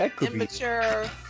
immature